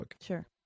sure